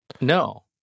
No